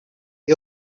you